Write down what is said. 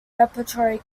repertory